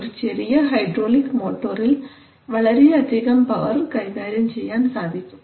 ഒരു ചെറിയ ഹൈഡ്രോളിക് മോട്ടോറിൽ വളരെയധികം പവർ കൈകാര്യം ചെയ്യാൻ സാധിക്കും